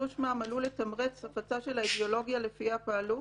וקידוש שמם עלול לתמרץ הפצה של האידיאולוגיה לפיה פעלו